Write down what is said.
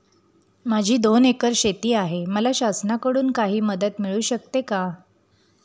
माझी दोन एकर शेती आहे, मला शासनाकडून काही मदत मिळू शकते का?